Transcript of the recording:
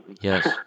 Yes